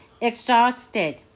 exhausted